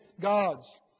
gods